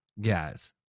Guys